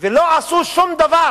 ולא עשו שום דבר